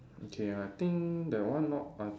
okay I think that one not